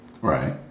Right